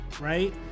right